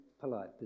Polite